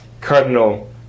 Cardinal